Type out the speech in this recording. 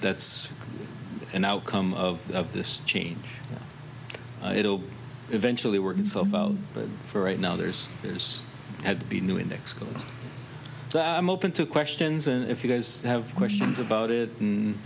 that's an outcome of this change it'll eventually work itself out but for right now there's there's had to be new indexical so i'm open to questions and if you guys have questions about it